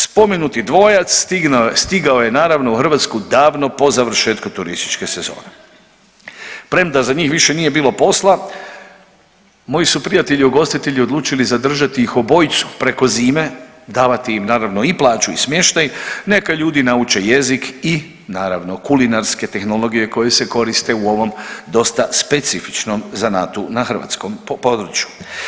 Spomenuti dvojac stigao je naravno u Hrvatsku davno po završetku turističke sezone, premda za njih više nije bilo posla, moji su prijatelji ugostitelji odlučili zadržati ih obojicu preko zime, davati im naravno i plaću i smještaj neka ljudi nauče jezik i naravno kulinarske tehnologije koje se koriste u ovom dosta specifičnom zanatu na hrvatskom području.